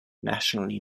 nationally